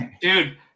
Dude